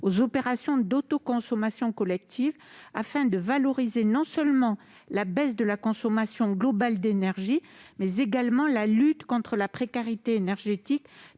aux opérations d'autoconsommation collective, afin de valoriser non seulement la baisse de la consommation globale d'énergie, mais également la lutte contre la précarité énergétique